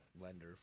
lender